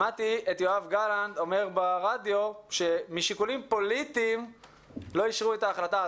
שמעתי את יואב גלנט אומר ברדיו שמשיקולים פוליטיים לא אישרו את ההחלטה.